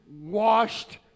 washed